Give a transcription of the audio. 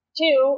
two